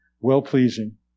well-pleasing